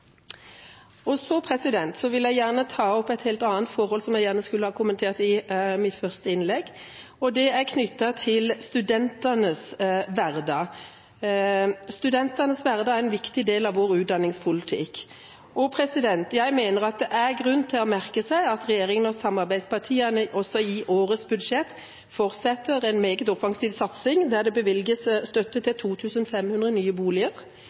Så vil jeg gjerne ta opp et helt annet forhold, som jeg gjerne skulle kommentert i mitt første innlegg, og det er knyttet til studentenes hverdag. Studentenes hverdag er en viktig del av vår utdanningspolitikk, og jeg mener det er grunn til å merke seg at regjeringa og samarbeidspartiene også i årets budsjett fortsetter en meget offensiv satsing, der det bevilges støtte til 2 500 nye boliger.